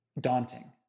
daunting